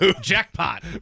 jackpot